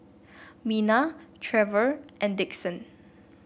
Mina Trevor and Dixon